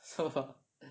是啊